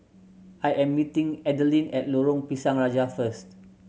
I am meeting Adalyn at Lorong Pisang Raja first